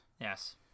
Yes